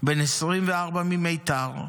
בן 24, ממיתר.